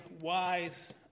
wise